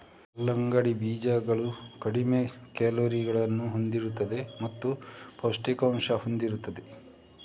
ಕಲ್ಲಂಗಡಿ ಬೀಜಗಳು ಕಡಿಮೆ ಕ್ಯಾಲೋರಿಗಳನ್ನು ಹೊಂದಿರುತ್ತವೆ ಮತ್ತು ಪೌಷ್ಠಿಕಾಂಶವನ್ನು ಹೊಂದಿರುತ್ತವೆ